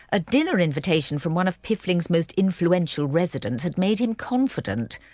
a dinner invitation from one of piffling's most influential residents had made him confident,